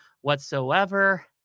whatsoever